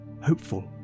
hopeful